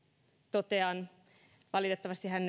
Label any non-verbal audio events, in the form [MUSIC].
totean valitettavasti hän [UNINTELLIGIBLE]